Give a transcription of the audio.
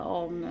om